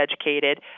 educated